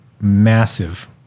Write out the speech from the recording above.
massive